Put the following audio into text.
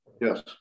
Yes